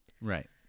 Right